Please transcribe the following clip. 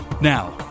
Now